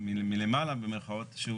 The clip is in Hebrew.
מלמעלה במירכאות,